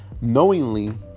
knowingly